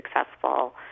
successful